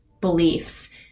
beliefs